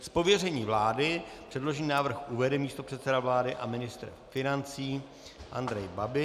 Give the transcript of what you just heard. Z pověření vlády předložený návrh uvede místopředseda vlády a ministr financí Andrej Babiš.